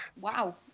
Wow